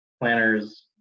planners